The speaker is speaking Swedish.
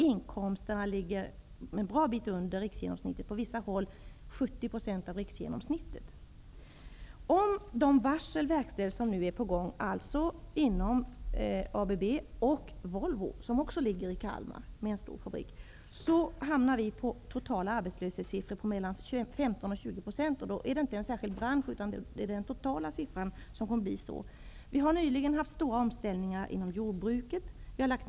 Inkomsterna ligger en bra bit under riksgenomsnittet, på vissa håll 70 % av riksgenomsnittet. Om de varsel inom ABB och Volvo -- som också har en stor fabrik i Kalmar -- som nu är på gång verkställs, blir den totala arbetslösheten mellan 15 och 20 %. Det är då inte fråga om en särskild bransch, utan det är den totala siffran. Det har nyligen varit stora omställningar inom jordbruket.